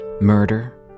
murder